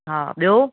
हा ॿियो